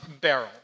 barrel